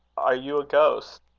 are you a ghost,